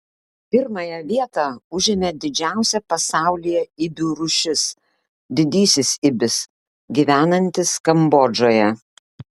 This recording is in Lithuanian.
pirmąją vietą užėmė didžiausia pasaulyje ibių rūšis didysis ibis gyvenantis kambodžoje